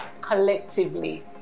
collectively